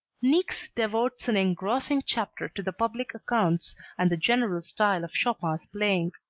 niecks devotes an engrossing chapter to the public accounts and the general style of chopin's playing